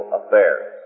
affairs